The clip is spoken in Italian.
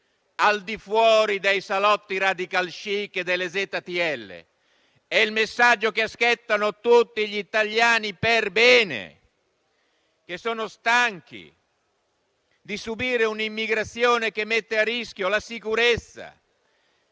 al di fuori dei salotti *radical chic* e delle ZTL. È il messaggio che aspettano tutti gli italiani perbene, che sono stanchi di subire un'immigrazione che mette a rischio la sicurezza,